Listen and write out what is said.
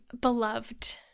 beloved